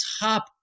top